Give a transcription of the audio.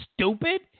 stupid